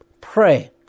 pray